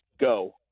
go